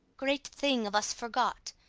great thing of us forgot!